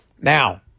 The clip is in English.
Now